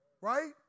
Right